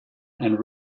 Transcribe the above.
and